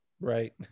Right